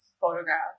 photograph